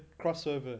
Crossover